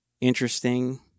interesting